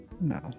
No